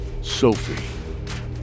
Sophie